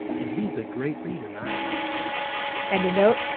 and he's a great reader nyge and to note,